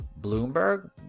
bloomberg